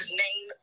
name